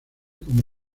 como